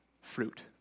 fruit